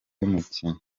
yumukino